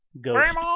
Ghost